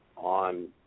on